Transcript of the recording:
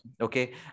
Okay